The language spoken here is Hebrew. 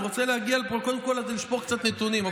אני רוצה להגיד, וקודם כול לשפוך קצת נתונים.